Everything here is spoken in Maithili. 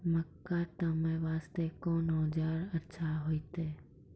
मक्का तामे वास्ते कोंन औजार अच्छा होइतै?